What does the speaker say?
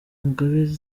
amugabira